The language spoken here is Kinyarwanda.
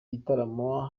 gitaramo